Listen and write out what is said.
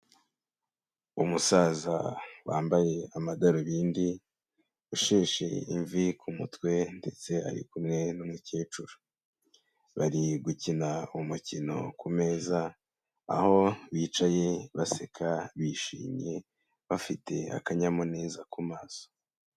Umusaza wambaye amadarubindi usheshe imvi ku mutwe ndetse ari kumwe n'umukecuru, bari gukina umukino ku meza aho bicaye baseka bishimye bafite akanyamuneza ku maso.